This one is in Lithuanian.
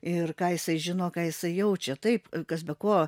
ir ką jisai žino ką jisai jaučia taip kas be ko